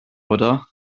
oder